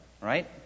right